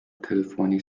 تلفنی